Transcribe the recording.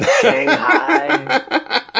Shanghai